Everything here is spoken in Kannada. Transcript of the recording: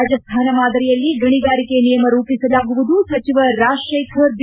ರಾಜಸ್ತಾನ ಮಾದರಿಯಲ್ಲಿ ಗಣಿಗಾರಿಕೆ ನಿಯಮ ರೂಪಿಸಲಾಗುವುದು ಸಚಿವ ರಾಜಶೇಖರ ಬಿ